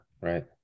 right